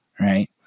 right